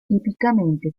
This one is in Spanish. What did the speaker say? típicamente